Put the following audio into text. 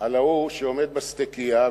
על ההוא שעומד בסטיקייה.